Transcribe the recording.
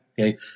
Okay